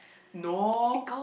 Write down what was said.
no